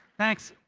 thanks.